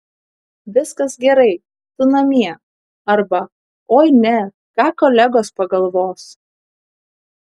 viskas gerai tu namie arba oi ne ką kolegos pagalvos